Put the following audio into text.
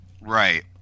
Right